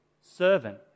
servant